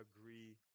agree